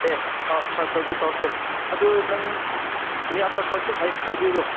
ꯑꯦ ꯑꯥꯎ ꯍꯣꯏ ꯑꯗꯨ ꯇꯧꯁꯦ ꯑꯗꯨ ꯅꯪ ꯃꯤ ꯑꯇꯣꯞꯄꯁꯨ ꯍꯥꯏꯕꯤꯔꯣ